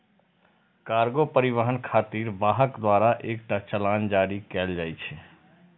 cargo परिवहन खातिर वाहक द्वारा एकटा चालान जारी कैल जाइ छै